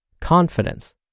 confidence